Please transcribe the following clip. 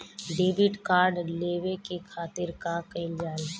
Debit card लेवे के खातिर का कइल जाइ?